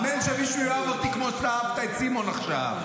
אמן שמישהו יאהב אותי כמו שאהבת את סימון עכשיו.